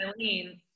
Eileen